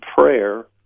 prayer